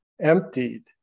emptied